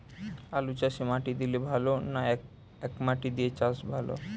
আলুচাষে মাটি দিলে ভালো না একমাটি দিয়ে চাষ ভালো?